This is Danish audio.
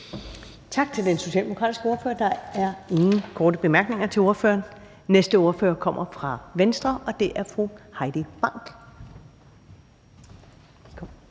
Tak til den socialdemokratiske ordfører. Der er ingen korte bemærkninger til ordføreren. Næste ordfører kommer fra Venstre, og det er fru Heidi Bank.